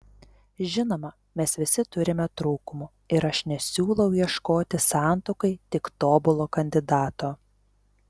žinoma mes visi turime trūkumų ir aš nesiūlau ieškoti santuokai tik tobulo kandidato